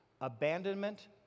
abandonment